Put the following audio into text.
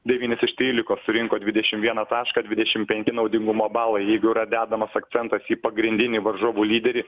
devynis iš trylikos surinko dvidešim vieną tašką dvidešim penki naudingumo balai jeigu jau yra dedamas akcentas į pagrindinį varžovų lyderį